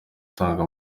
utanga